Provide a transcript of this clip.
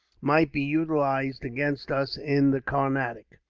might be utilized against us in the carnatic.